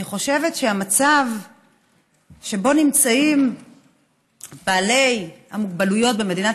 אני חושבת שהמצב שבו נמצאים בעלי המוגבלויות במדינת